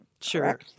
Sure